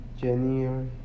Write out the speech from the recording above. January